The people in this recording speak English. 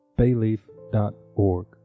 bayleaf.org